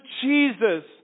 Jesus